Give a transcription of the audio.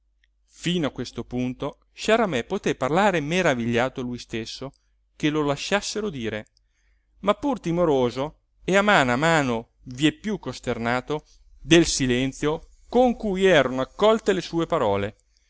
fino a questo punto sciaramè poté parlare meravigliato lui stesso che lo lasciassero dire ma pur timoroso e a mano a mano vieppiú costernato del silenzio con cui erano accolte sue parole